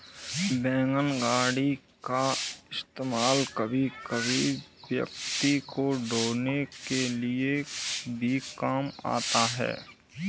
wagon गाड़ी का इस्तेमाल कभी कभी व्यक्ति को ढ़ोने के लिए भी काम आता है